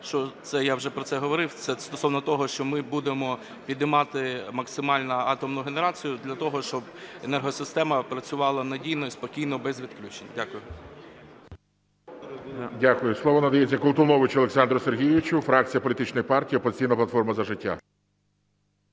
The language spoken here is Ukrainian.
я вже про це говорив, це стосовно того, що ми будемо піднімати максимально атомну генерацію для того, щоб енергосистема працювала надійно і спокійно, без відключень. Дякую.